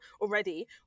already